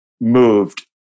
moved